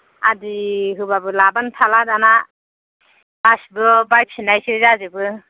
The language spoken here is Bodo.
आदि होबाबो लाबानो थाला दाना गासिबो बायफिननायसो जाजोबो